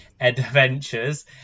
adventures